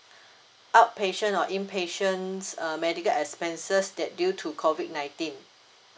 out patient or in patient uh medical expenses that due to COVID nineteen